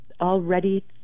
already